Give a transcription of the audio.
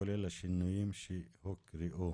כולל השינויים שהוקראו.